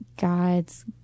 God's